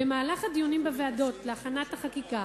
במהלך הדיונים בוועדות להכנת החקיקה,